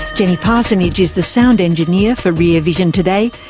jenny parsonage is the sound engineer for rear vision today.